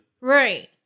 Right